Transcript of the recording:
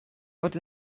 fod